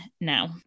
now